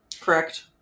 Correct